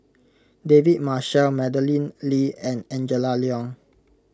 David Marshall Madeleine Lee and Angela Liong